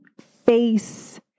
face